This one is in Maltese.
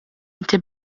inti